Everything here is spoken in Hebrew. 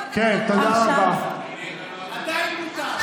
מדברת על הלכות ולא יודעת.